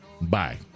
Bye